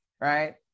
right